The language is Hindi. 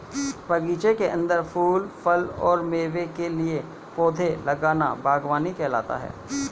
बगीचे के अंदर फूल, फल और मेवे के लिए पौधे लगाना बगवानी कहलाता है